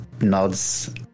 nods